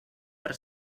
per